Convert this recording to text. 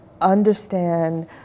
understand